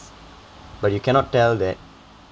but you cannot tell that